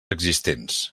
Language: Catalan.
existents